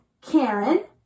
Karen